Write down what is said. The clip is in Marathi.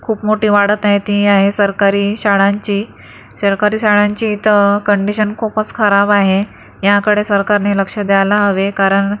खूप मोठी वाढत आहे ती आहे सरकारी शाळांची सरकारी शाळांची तर कंडिशन खूपच खराब आहे ह्याकडे सरकारने लक्ष द्यायला हवे कारण